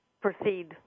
proceed